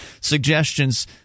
suggestions